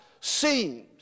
seems